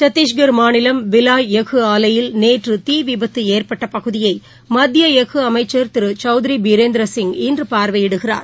சத்திஷ்கர் மாநிலம் பிலாய் எஃகு ஆலையில் நேற்று தீ விபத்து ஏற்பட்ட பகுதியை மத்திய எஃகு அமைக்சர் திரு சௌத்திரி பீரேந்திரசிங் இன்று பார்வையிடுகிறார்